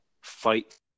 fight